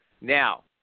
Now